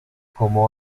como